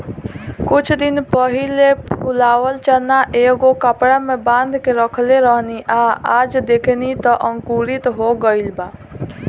कुछ दिन पहिले फुलावल चना एगो कपड़ा में बांध के रखले रहनी आ आज देखनी त अंकुरित हो गइल बा